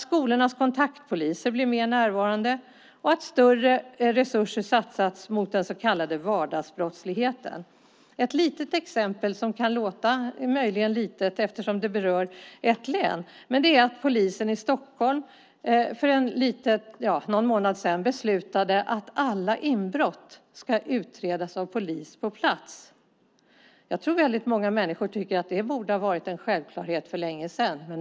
Skolornas kontaktpoliser måste bli mer närvarande och större resurser satsas mot den så kallade vardagsbrottsligheten. Ett litet exempel, som möjligen kan låta litet eftersom det berör ett län, är att polisen i Stockholm för någon månad sedan beslutade att alla inbrott ska utredas av polis på plats. Jag tror att väldigt många människor tycker att det borde ha varit en självklarhet för länge sedan.